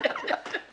סאדו-מאזו.